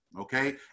Okay